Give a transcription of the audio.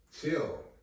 Chill